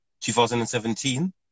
2017